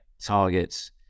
targets